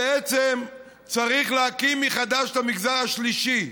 בעצם צריך להקים מחדש את המגזר השלישי,